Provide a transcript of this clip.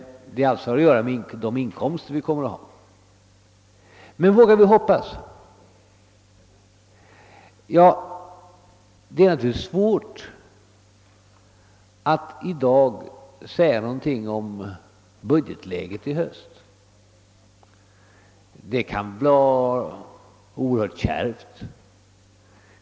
Frågan har alltså samband med de inkomster vi får. Men vågar vi då hoppas få mera pengar för detta ändamål? Ja, det är naturligtvis svårt att i dag säga något om budgetläget i höst. Det kan bli oerhört kärvt.